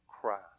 Christ